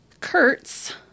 kurtz